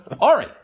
Ari